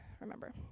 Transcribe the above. remember